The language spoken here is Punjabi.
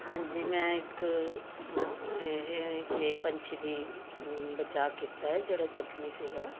ਹਾਂਜੀ ਮੈਂ ਇੱਕ ਇਹੋ ਜਿਹੇ ਪੰਛੀ ਦਾ ਬਚਾਅ ਕੀਤਾ ਜਿਹੜਾ ਜ਼ਖਮੀ ਸੀਗਾ